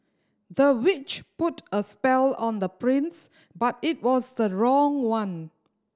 the witch put a spell on the prince but it was the wrong one